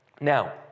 Now